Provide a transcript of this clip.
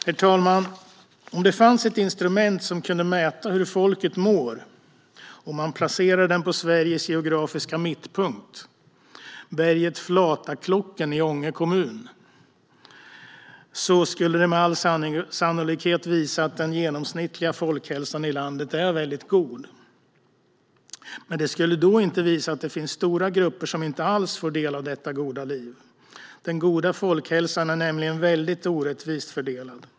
Herr talman! Om det fanns ett instrument som kunde mäta hur folket mår och man placerade det på Sveriges geografiska mittpunkt, berget Flataklocken i Ånge kommun, skulle det med all sannolikhet visa att den genomsnittliga folkhälsan i landet är väldigt god. Men det skulle inte visa att det finns stora grupper som inte alls får del av detta goda liv. Den goda folkhälsan är nämligen väldigt orättvist fördelad.